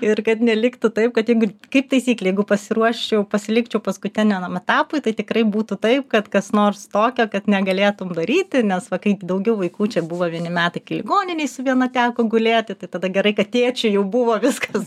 ir kad neliktų taip kad jeigu kaip taisyklė jeigu pasiruoščiau pasilikčiau paskutiniam etapui tai tikrai būtų taip kad kas nors tokio kad negalėtum daryti nes va kai daugiau vaikų čia buvo vieni metai kai ligoninėj su viena teko gulėti tai tada gerai kad tėčiui jau buvo viskas